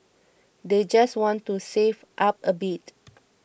they just want to save up a bit